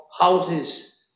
houses